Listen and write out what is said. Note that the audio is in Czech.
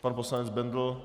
pan poslanec Bendl.